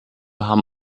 haben